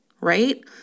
right